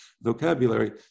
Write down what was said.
vocabulary